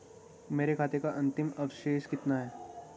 मेरे खाते का अंतिम अवशेष कितना है?